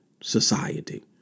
society